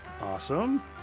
Awesome